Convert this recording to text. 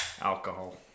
Alcohol